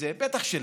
בטח שלא,